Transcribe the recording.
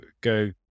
go